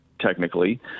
technically